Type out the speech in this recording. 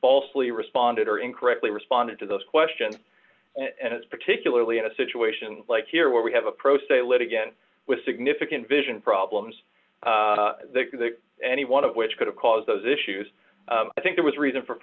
falsely responded or incorrectly responded to those questions and it's particularly in a situation like here where we have a pro se litigant with significant vision problems that they any one of which could have caused those issues i think there was reason for